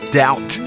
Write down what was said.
doubt